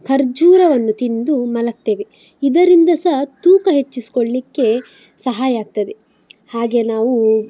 ಖರ್ಜೂರವನ್ನು ತಿಂದು ಮಲಗ್ತೇವೆ ಇದರಿಂದ ಸಹ ತೂಕ ಹೆಚ್ಚಿಸಿಕೊಳ್ಲಿಕ್ಕೆ ಸಹಾಯ ಆಗ್ತದೆ ಹಾಗೆ ನಾವು